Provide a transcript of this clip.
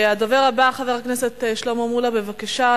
הדובר הבא, חבר הכנסת שלמה מולה, בבקשה.